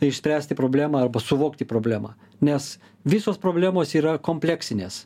išspręsti problemą arba suvokti problemą nes visos problemos yra kompleksinės